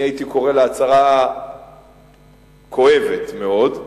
אני הייתי קורא לה הצהרה כואבת מאוד,